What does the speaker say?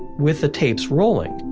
with the tapes rolling,